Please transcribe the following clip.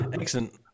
Excellent